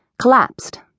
collapsed